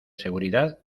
seguridad